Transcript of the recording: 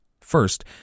First